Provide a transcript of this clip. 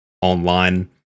online